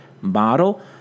model